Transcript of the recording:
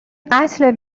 قتل